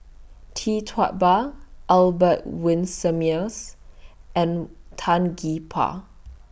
Tee Tua Ba Albert Winsemius and Tan Gee Paw